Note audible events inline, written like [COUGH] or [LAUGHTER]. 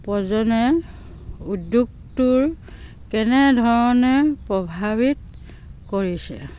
[UNINTELLIGIBLE] উদ্যোগটোৰ কেনেধৰণে প্ৰভাৱিত কৰিছে